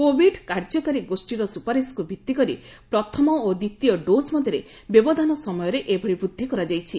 Covid କାର୍ଯ୍ୟକାରୀ ଗୋଷ୍ଠୀର ସୁପାରିଶକୁ ଭିତ୍ତି କରି ପ୍ରଥମ ଓ ଦ୍ୱିତୀୟ ଡୋଜ୍ ମଧ୍ୟରେ ବ୍ୟବଧାନ ସମୟରେ ଏଭଳି ବୃଦ୍ଧି କରାଯାଇଛି